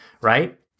right